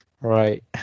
Right